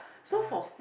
ah